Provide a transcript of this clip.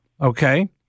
Okay